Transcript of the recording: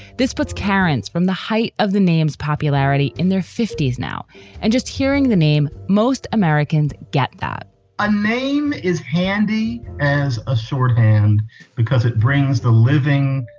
this puts carrot's from the height of the names popularity in their fifty s now and just hearing the name most americans get that a name is handy as a shorthand because it brings the living,